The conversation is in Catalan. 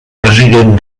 president